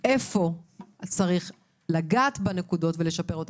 איפה צריך לגעת בנקודות ולשפר אותן.